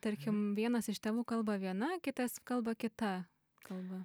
tarkim vienas iš tėvų kalba viena kitas kalba kita kalba